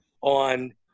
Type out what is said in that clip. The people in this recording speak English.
on